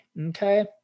Okay